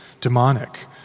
demonic